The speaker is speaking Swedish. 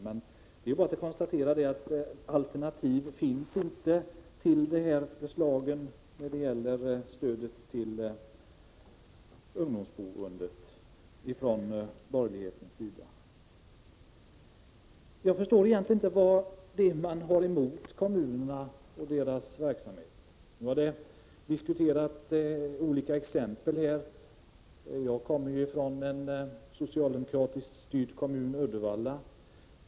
Man kan bara konstatera att det inte finns några alternativ från borgerlighetens sida till regeringens förslag om stödet till ungdomsboendet. Jag förstår egentligen inte vad de borgerliga partierna har emot kommunerna och deras verksamhet. Man har här i debatten diskuterat förhållandenaiolika kommuner. Jag kommer från en socialdemokratisk styrd kommun, Uddevalla.